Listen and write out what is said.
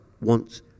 wants